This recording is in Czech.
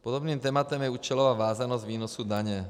Podobným tématem je účelová vázanost výnosu daně.